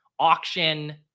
auction